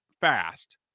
fast